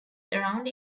around